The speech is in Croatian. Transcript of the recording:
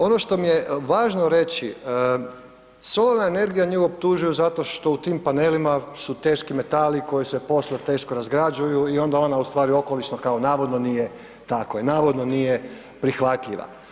Ono što mi je važno reći, solarna energija nju optužuju zato što u tim panelima su teški metali koji se poslije teško razgrađuju i onda ona u stvari okolišno kao navodno nije takva i navodno nije prihvatljiva.